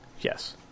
Yes